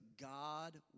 God